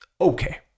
okay